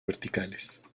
verticales